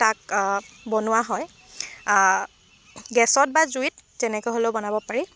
তাক বনোৱা হয় গেছত বা জুইত তেনেকৈ হ'লেও বনাব পাৰি